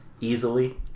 easily